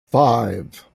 five